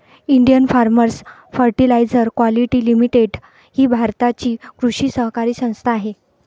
Indian farmers fertiliser quality limited ही भारताची कृषी सहकारी संस्था आहे